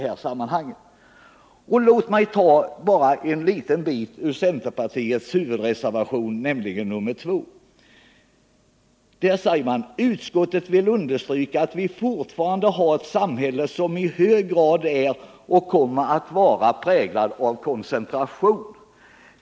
Låt mig återge bara en liten bit ur centerpartiets huvudreservation, nämligen nr 2. Där heter det: ”Utskottet vill understryka att vi fortfarande har ett samhälle som i hög grad är och kommer att vara präglat av koncentration.